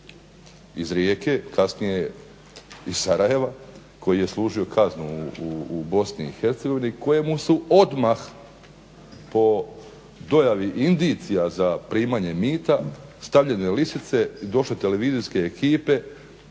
iz Rijeke, kasnije iz Sarajeva koji je služio kaznu u BiH, kojemu su odmah po dojavi indicija za primanje mita stavljene lisice i došle televizijske ekipe